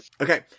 Okay